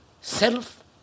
self